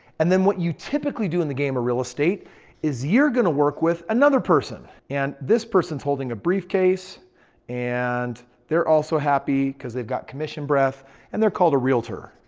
and then what you typically do in the game a real estate is you're going to work with another person. and this person is holding a briefcase and they're also happy because they've got commission breath and they're called a realtor.